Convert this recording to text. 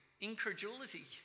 incredulity